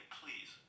please